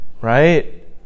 right